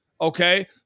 okay